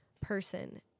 person